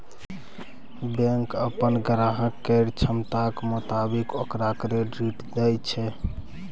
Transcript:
bank अप्पन ग्राहक केर क्षमताक मोताबिक ओकरा क्रेडिट दय छै